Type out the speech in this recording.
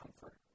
comfort